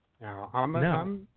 No